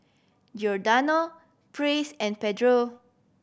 Giordano Praise and Pedro